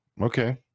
Okay